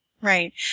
Right